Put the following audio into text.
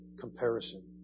comparison